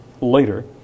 later